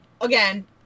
again